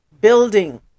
building